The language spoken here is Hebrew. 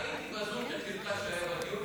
אני ראיתי בזום את הקרקס שהיה בדיון.